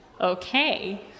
Okay